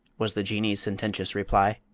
was the jinnee's sententious reply.